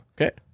Okay